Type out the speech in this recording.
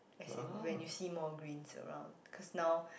as in when you see more greens around cause now